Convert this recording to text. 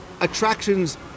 attractions